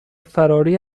فراری